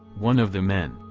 one of the men,